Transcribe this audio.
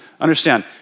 Understand